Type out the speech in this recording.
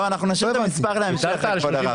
לא, אנחנו נשאיר את המספר להמשך, כבוד הרב.